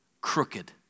crooked